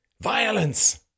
Violence